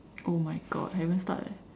oh my god I haven't start eh